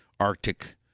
arctic